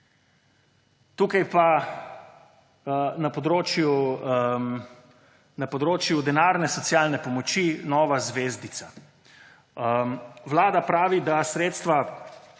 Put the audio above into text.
Tukaj pa na področju denarne socialne pomoči nova zvezdica. Vlada to, da sredstva